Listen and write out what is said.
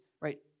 right